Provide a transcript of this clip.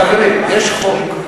הכלב נכנס לכתובת זו וזו.